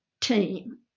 team